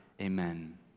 Amen